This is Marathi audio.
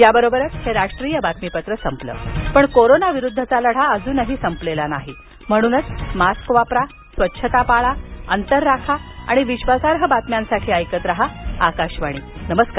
याबरोबरच हे राष्ट्रीय बातमीपत्र संपलं पण कोरोना विरुद्धचा लढा अजून संपलेला नाही म्हणूनच मास्क वापरा स्वच्छता पाळा अंतर राखा आणि विश्वासार्ह बातम्यांसाठी ऐकत रहा आकाशवाणी नमस्कार